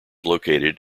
located